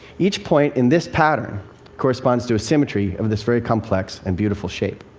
each point in this pattern corresponds to a symmetry of this very complex and beautiful shape.